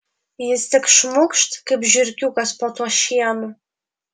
jis tik šmukšt kaip žiurkiukas po tuo šienu